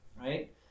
right